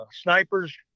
Snipers